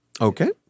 Okay